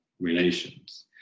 relations